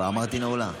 כבר אמרתי נעולה.